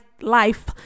life